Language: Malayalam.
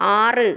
ആറ്